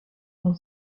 dans